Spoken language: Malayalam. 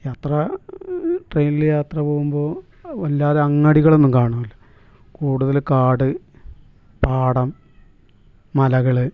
യാത്ര ട്രെയിനിൽ യാത്ര പോവുമ്പോൾ വല്ലാതെ അങ്ങാടികളൊന്നും കാണില്ല കൂടുതൽ കാട് പാടം മലകൾ